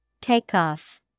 Takeoff